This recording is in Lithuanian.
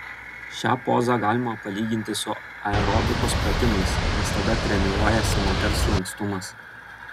šią pozą galima palyginti su aerobikos pratimais nes tada treniruojasi moters lankstumas